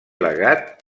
legat